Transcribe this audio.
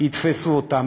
יתפסו אותנו.